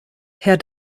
herr